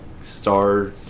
star